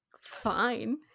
Fine